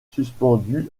suspendue